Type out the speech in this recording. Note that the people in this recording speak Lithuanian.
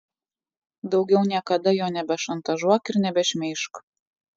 daugiau niekada jo nebešantažuok ir nebešmeižk